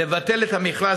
לבטל את המכרז,